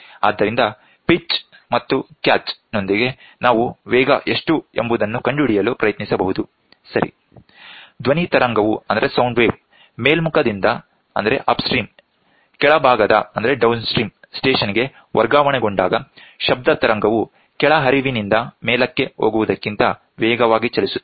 ಆದ್ದರಿಂದ ಪಿಚ್ ಮತ್ತು ಕ್ಯಾಚ್ ನೊಂದಿಗೆ ನಾವು ವೇಗ ಎಷ್ಟು ಎಂಬುದನ್ನು ಕಂಡುಹಿಡಿಯಲು ಪ್ರಯತ್ನಿಸಬಹುದು ಸರಿ ಧ್ವನಿ ತರಂಗವು ಮೇಲ್ಮುಖದಿಂದ ಕೆಳಭಾಗದ ಸ್ಟೇಷನ್ಗೆ ವರ್ಗಾವಣೆಗೊಂಡಾಗ ಶಬ್ದ ತರಂಗವು ಕೆಳಹರಿವಿನಿಂದ ಮೇಲಕ್ಕೆ ಹೋಗುವುದಕ್ಕಿಂತ ವೇಗವಾಗಿ ಚಲಿಸುತ್ತದೆ